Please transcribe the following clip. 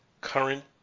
current